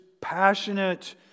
passionate